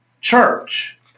church